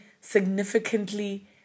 significantly